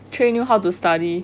train you how to study